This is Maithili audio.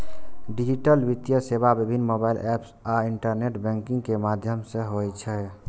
डिजिटल वित्तीय सेवा विभिन्न मोबाइल एप आ इंटरनेट बैंकिंग के माध्यम सं होइ छै